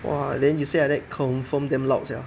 !wah! then you say like that confirm damn loud sia